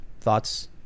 thoughts